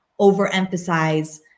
overemphasize